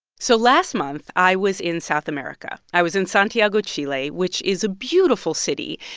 so last month, i was in south america. i was in santiago, chile, which is a beautiful city.